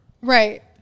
right